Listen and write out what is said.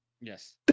Yes